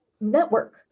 network